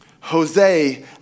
Jose